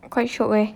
quite shiok eh